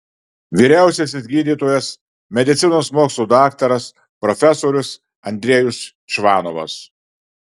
vyriausiasis gydytojas medicinos mokslų daktaras profesorius andrejus čvanovas